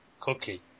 cookie